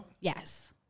Yes